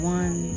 one